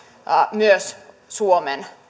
myös suomen